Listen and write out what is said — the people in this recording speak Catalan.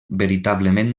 veritablement